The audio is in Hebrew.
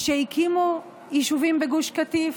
כשהקימו יישובים בגוש קטיף,